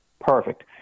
perfect